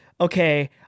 Okay